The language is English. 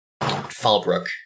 Falbrook